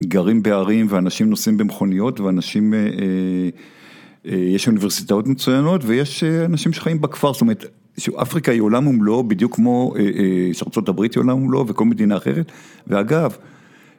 גרים בערים, ואנשים נוסעים במכוניות, ואנשים... אא אאא יש אוניברסיטאות מצוינות, ויש אנשים שחיים בכפר. זאת אומרת, אפריקה היא עולם ומלוא, גם ארצות הברית היא עולם ומלוא, וכל מדינה אחרת. ואגב,